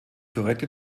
korrekte